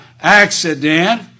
accident